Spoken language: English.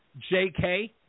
JK